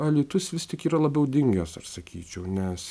alytus vis tik yra labiau dingęs aš sakyčiau nes